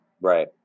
Right